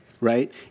right